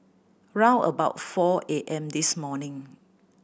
round about four A M this morning